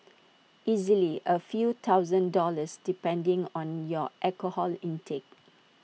easily A few thousand dollars depending on your alcohol intake